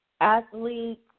athletes